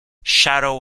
shadow